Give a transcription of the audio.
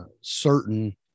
certain